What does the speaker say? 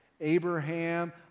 Abraham